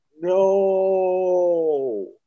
No